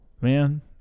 man